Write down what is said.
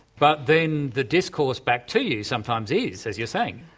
but then the discourse back to you sometimes is, as you're saying,